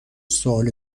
سوال